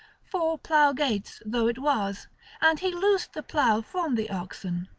four plough-gates though it was and he loosed the plough from the oxen.